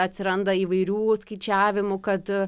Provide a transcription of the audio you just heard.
atsiranda įvairių skaičiavimų kad